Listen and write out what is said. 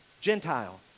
Gentile